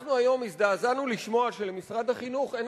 היום הזדעזענו לשמוע שלמשרד החינוך אין